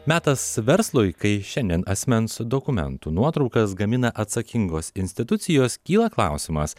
metas verslui kai šiandien asmens dokumentų nuotraukas gamina atsakingos institucijos kyla klausimas